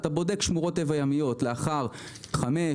אתה בודק שמורות טבע ימיות לאחר חמש,